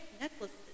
necklaces